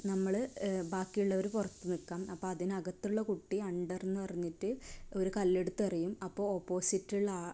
നമ്മൾ ബാക്കിയുള്ളവർ പുറത്ത് നിൽക്കും അപ്പോൾ അതിനകത്തുള്ള കുട്ടി അണ്ടറെന്നു പറഞ്ഞിട്ട് ഒരു കല്ലെടുത്ത് എറിയും അപ്പോൾ ഓപ്പോസിറ്റ് ഉള്ള